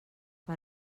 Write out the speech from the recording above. per